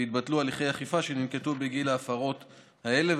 ויתבטלו הליכי אכיפה שננקטו בגין ההפרות האלה.